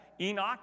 Enoch